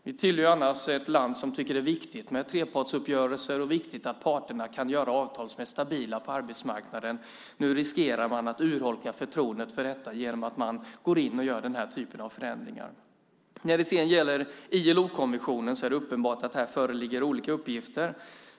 Vi tillhör ett land där man tycker att det är viktigt med trepartsuppgörelser och att parterna kan sluta avtal som är stabila på arbetsmarknaden. Nu riskerar man att urholka förtroendet för detta genom att gå in och göra den här typen av förändringar. När det sedan gäller ILO-konventionen är det uppenbart att olika uppgifter föreligger.